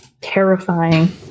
terrifying